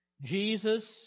Jesus